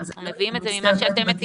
אנחנו מביאים את זה ממה שאתם מציגים.